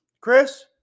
Chris